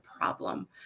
problem